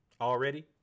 Already